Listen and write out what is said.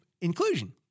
inclusion